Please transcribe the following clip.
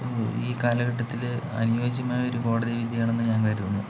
ഈ കാലഘട്ടത്തില് അനുയോജ്യമായൊരു കോടതി വിധിയാണെന്ന് ഞാൻ കരുതുന്നു